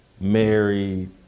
married